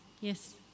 Yes